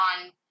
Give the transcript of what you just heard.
on